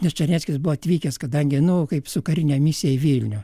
nes černeckis buvo atvykęs kadangi nu kaip su karine misija į vilnių